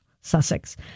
Sussex